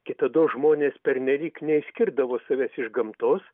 kitados žmonės pernelyg neskirdavo savęs iš gamtos